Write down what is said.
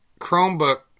Chromebook